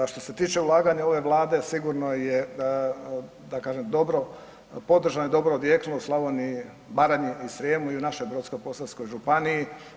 Što se tiče ulaganja ove Vlade sigurno je da kažem dobro, podržan je, dobro odjeknuo u Slavoniji, Baranji i Srijemu i u našoj Brodsko-posavskoj županiji.